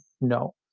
No